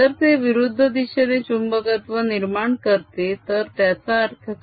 जर ते विरुद्ध दिशेने चुंबकत्व निर्माण करते तर त्याचा अर्थ काय